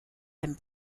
and